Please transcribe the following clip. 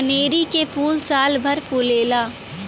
कनेरी के फूल सालभर फुलेला